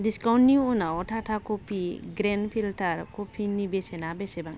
दिस्काउन्टनि उनाव Tata coffee grand filter कफिनि बेसेना बेसेबां